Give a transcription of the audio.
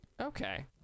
Okay